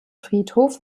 friedhof